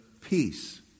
peace